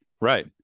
right